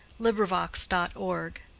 LibriVox.org